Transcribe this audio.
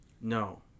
no